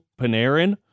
Panarin